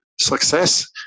success